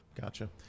gotcha